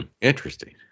Interesting